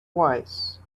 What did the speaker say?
wise